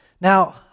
Now